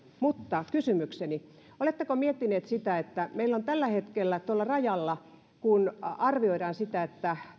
mutta kysymykseni oletteko miettineet sitä että kun meillä tällä hetkellä tuolla rajalla kun arvioidaan sitä